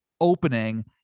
opening